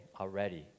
already